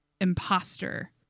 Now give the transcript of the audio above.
imposter